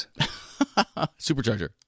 Supercharger